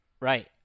Right